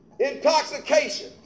Intoxication